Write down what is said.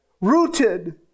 rooted